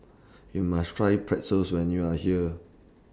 YOU must Try Pretzels when YOU Are here